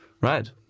Right